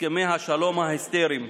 הסכמי השלום ההיסטריים.